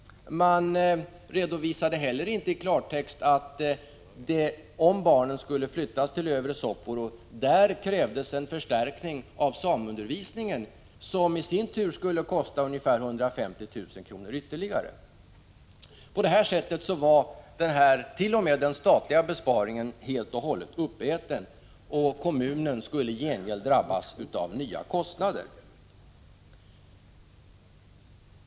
Det redovisas inte heller i klartext att det i Övre Soppero, om barnen skulle flyttas dit, krävs en förstärkning av sameundervisningen som skulle kosta ca 150 000 kr. ytterligare. På detta sätt blir den statliga besparingen helt uppäten, och kommunen skulle i gengäld drabbas av nya kostnader.